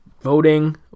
voting